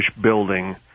building